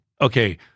Okay